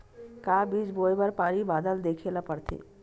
का बीज बोय बर पानी बादल देखेला पड़थे?